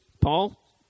Paul